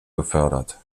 befördert